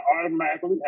automatically